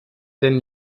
denn